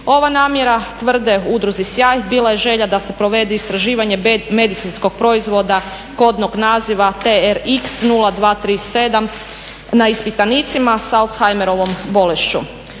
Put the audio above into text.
Ova namjera tvrde u Udruzi Sjaj bila je želja da se provede istraživanje medicinskog proizvoda kodnog naziva TRx0237 na ispitanicima sa Alzheimerovom bolešću.